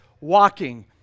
walking